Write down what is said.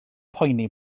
poeni